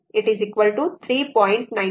तर 4 1 e 4t 3